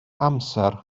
amser